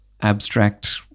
abstract